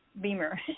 Beamer